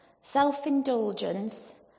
self-indulgence